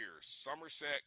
Somerset